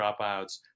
dropouts